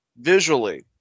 visually